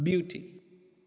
beauty